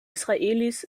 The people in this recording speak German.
israelis